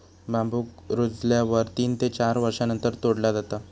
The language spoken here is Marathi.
बांबुक रुजल्यावर तीन ते चार वर्षांनंतर तोडला जाता